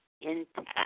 intact